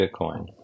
Bitcoin